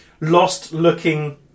lost-looking